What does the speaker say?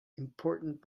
important